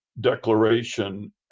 Declaration